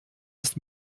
ist